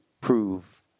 prove